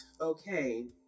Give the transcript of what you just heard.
okay